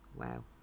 Wow